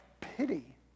pity